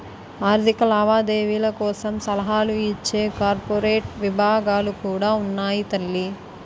ఆర్థిక లావాదేవీల కోసం సలహాలు ఇచ్చే కార్పొరేట్ విభాగాలు కూడా ఉన్నాయి తల్లీ